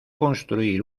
construir